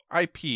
IP